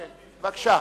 בבקשה.